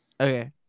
Okay